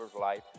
life